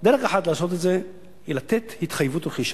דרך אחת לעשות את זה היא לתת התחייבות רכישה,